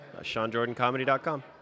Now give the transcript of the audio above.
SeanJordanComedy.com